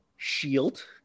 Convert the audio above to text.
Shield